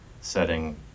setting